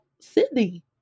Sydney